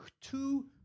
two